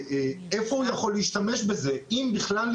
איפה הוא יכול להשתמש בזה, אם בכלל?